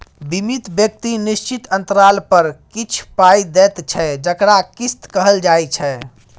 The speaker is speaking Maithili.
बीमित व्यक्ति निश्चित अंतराल पर किछ पाइ दैत छै जकरा किस्त कहल जाइ छै